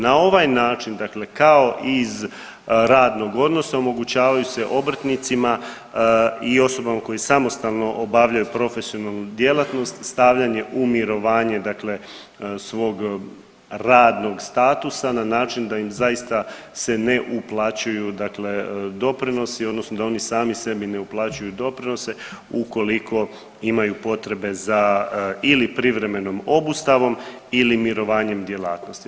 Na ovaj način kao iz radnog odnosa omogućavaju se obrtnicima i osobama koje samostalno obavljaju profesionalnu djelatnost stavljanje u mirovanje svog radnog statusa na način da im zaista se ne uplaćuju doprinosi odnosno da oni sami sebi ne uplaćuju doprinose u koliko imaju potrebe za ili privremenom obustavom ili mirovanjem djelatnosti.